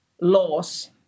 laws